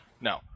No